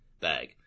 bag